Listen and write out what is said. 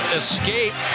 escape